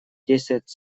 действовать